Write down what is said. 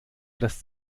das